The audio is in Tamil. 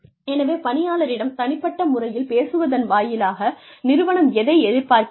எனவே பணியாளரிடம் தனிப்பட்ட முறையில் பேசுவதன் வாயிலாக நிறுவனம் எதை எதிர்பார்க்கிறது